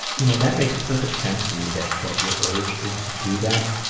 you know that makes perfect sense to me that that your urge is to do that.